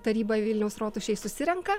taryba vilniaus rotušėj susirenka